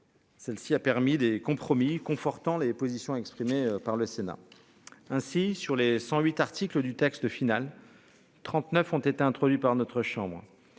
Celle-ci a permis des compromis confortant les positions exprimées par le Sénat. Ainsi, sur les 108 articles du texte final. 39 ont été introduits par notre chambre.